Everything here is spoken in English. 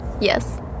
Yes